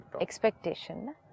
Expectation